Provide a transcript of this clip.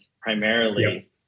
primarily